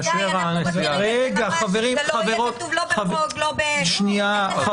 מעבירים ככה וככה כסף?